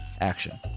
action